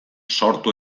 sortu